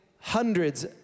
hundreds